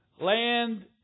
land